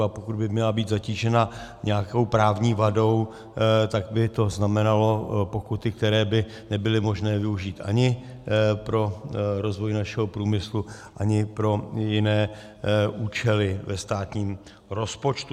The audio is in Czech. A pokud by měla být zatížena nějakou právní vadou, tak by to znamenalo pokuty, které by nebyly možné využít ani pro rozvoj našeho průmyslu, ani pro jiné účely ve státním rozpočtu.